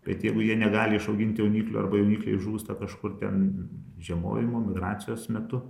bet jeigu jie negali išaugint jauniklių arba jaunikliai žūsta kažkur ten žiemojimo migracijos metu